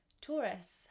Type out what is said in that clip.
Taurus